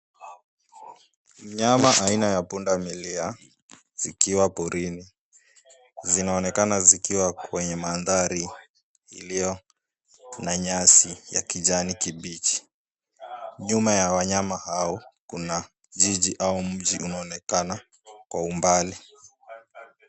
Mnyama aina ya pundamilia zikiwa porini. Zinaonekana zikiwa kwenye mandhari iliyo na nyasi ya kijani kibichi. Nyuma ya wanyama hao kuna jiji au mji unaonekana kwa umbali.